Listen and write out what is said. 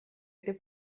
этой